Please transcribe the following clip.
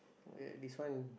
ya this one